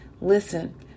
Listen